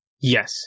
Yes